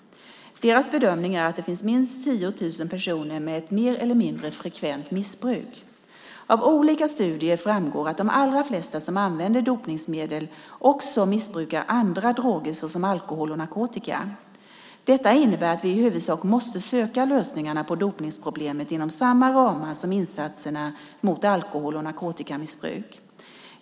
Deras bedömning är att det finns minst 10 000 personer med ett mer eller mindre frekvent missbruk. Av olika studier framgår att de allra flesta som använder dopningsmedel också missbrukar andra droger såsom alkohol och narkotika. Detta innebär att vi i huvudsak måsta söka lösningarna på dopningsproblemet inom samma ramar som insatserna mot alkohol och narkotikamissbruk.